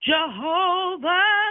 Jehovah